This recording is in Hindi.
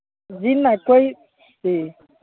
जी न कोई जी